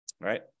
right